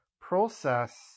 process